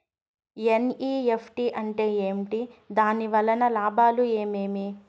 NEFT అంటే ఏమి? దాని వలన లాభాలు ఏమేమి